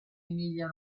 emilia